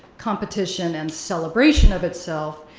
competition, and celebration of itself,